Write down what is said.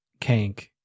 Kank